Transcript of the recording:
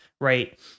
right